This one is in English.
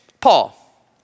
Paul